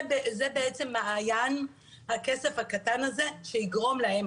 זה בעצם מעיין הכסף הקטן הזה שיגרום להם,